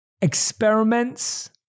experiments